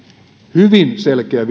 hyvin selkeä